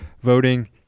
Voting